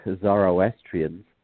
Zoroastrians